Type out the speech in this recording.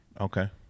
okay